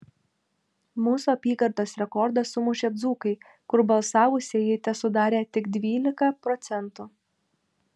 mūsų apygardos rekordą sumušė dzūkai kur balsavusieji tesudarė tik dvylika procentų